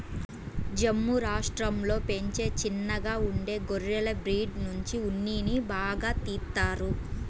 జమ్ము రాష్టంలో పెంచే చిన్నగా ఉండే గొర్రెల బ్రీడ్ నుంచి ఉన్నిని బాగా తీత్తారు